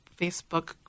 Facebook